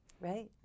Right